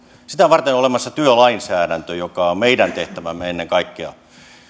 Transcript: sitä varten on olemassa työlainsäädäntö joka on meidän tehtävämme ennen kaikkea